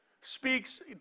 speaks